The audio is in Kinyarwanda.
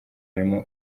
harimo